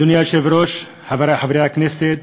אדוני היושב-ראש, חברי חברי הכנסת,